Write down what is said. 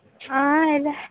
हां आए दा ऐ